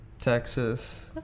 Texas